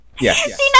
Yes